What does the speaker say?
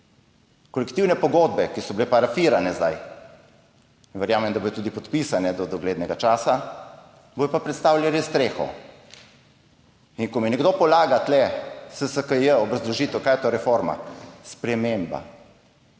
Kolektivne pogodbe, ki so bile parafirane zdaj in verjamem, da bodo tudi podpisane do doglednega časa, bodo pa predstavljale streho. In ko mi nekdo polaga tule SSKJ obrazložitev, kaj je to reforma, sprememba,